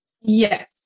Yes